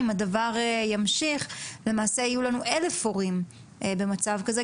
אם הדבר ימשיך למעשה יהיו לנו 1,000 הורים במצב כזה.